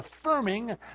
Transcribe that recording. affirming